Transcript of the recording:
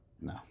no